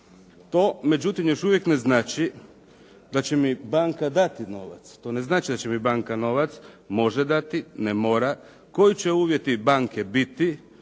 To međutim još uvijek ne znači da će mi banka dati novac, može dati, ne mora. Koji će uvjeti banke biti,